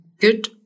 good